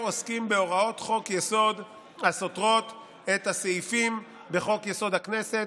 עוסקים בהוראות חוק-היסוד הסותרות את הסעיפים בחוק-יסוד: הכנסת,